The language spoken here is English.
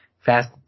fast